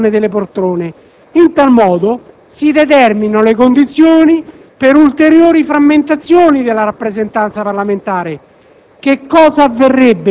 la proliferazione delle poltrone. In tal modo si determinano le condizioni per ulteriori frammentazioni della rappresentanza parlamentare.